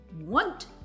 want